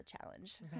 challenge